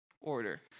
order